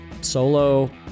solo